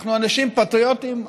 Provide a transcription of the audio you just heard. אנחנו אנשים פטריוטים,